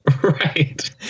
right